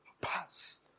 pass